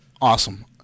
Awesome